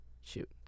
Shoot